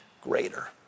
greater